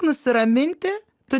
nusiraminti tu